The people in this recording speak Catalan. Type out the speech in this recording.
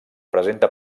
presenta